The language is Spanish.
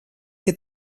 que